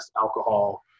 alcohol